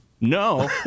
no